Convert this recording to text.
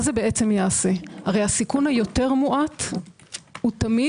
מה זה יעשה הרי הסיכון היותר מועט תמיד